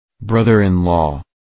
Brother-in-law